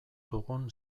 dugun